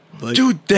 dude